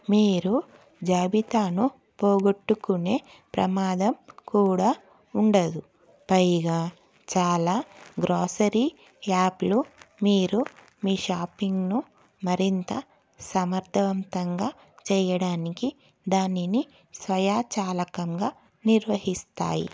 మీరు జాబితాను పోగొట్టుకునే ప్రమాదం కూడా ఉండదు పైగా చాలా గ్రోసరీ యాప్లు మీరు మీ షాపింగ్ను మరింత సమర్థవంతంగా చెయ్యడానికి దానిని స్వయంచాలకంగా నిర్వహిస్తాయి